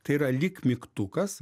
tai yra lyg mygtukas